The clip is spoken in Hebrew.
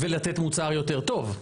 ולתת מוצר יותר טוב.